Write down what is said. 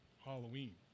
halloween